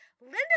Linda